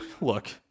look